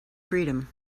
freedom